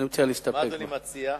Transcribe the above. מה אדוני מציע?